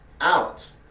out